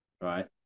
right